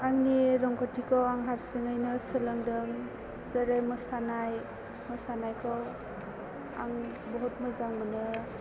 आंनि रोंगौथिखो आं हारसिङैनो सोलोंदों जेरै मोसानाय मोसानायखौ आं बुहुत मोजां मोनो